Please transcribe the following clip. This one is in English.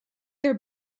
their